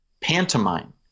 pantomime